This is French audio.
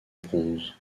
bronze